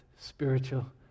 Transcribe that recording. spiritual